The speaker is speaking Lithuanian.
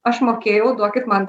aš mokėjau duokit man